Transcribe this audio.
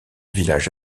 village